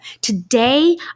Today